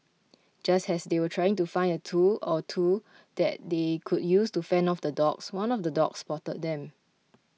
just has they were trying to find a tool or two that they could use to fend off the dogs one of the dogs spotted them